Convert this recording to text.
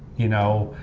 you know?